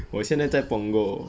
我现在 punggol